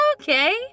okay